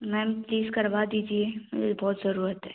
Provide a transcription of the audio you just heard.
ma'am please करवा दीजिए मुझे बहुत ज़रूरत है